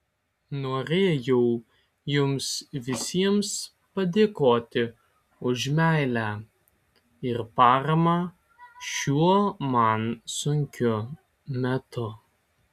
norėjau jums visiems padėkoti už meilę ir paramą šiuo man sunkiu metu